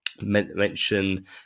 mention